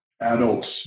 adults